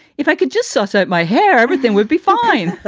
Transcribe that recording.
if i could just so-so my hair, everything would be fine